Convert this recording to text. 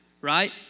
right